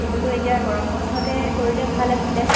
এইটোতো এতিয়া গৰম বন্ধতে কৰিলে ভাল আছিলে